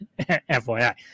FYI